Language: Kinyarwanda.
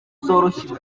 zoroshya